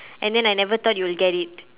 and then I never thought you will get it